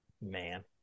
Man